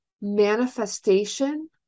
manifestation